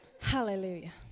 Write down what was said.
Hallelujah